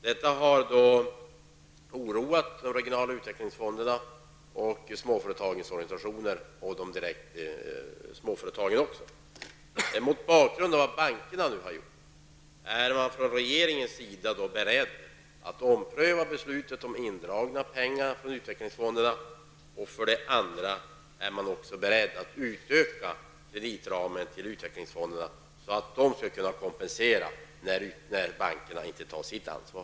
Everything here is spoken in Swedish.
Detta har oroat de olika regionala utvecklingsfonderna samt småföretagen och deras organisationer. Är regeringen mot bakgrund av vad bankerna nu gjort beredd för det första att ompröva beslutet att dra in pengar från utvecklingsfonderna och för det andra att utöka kreditramen till utvecklingsfonderna, så att dessa kan kompensera att bankerna inte tar sitt ansvar?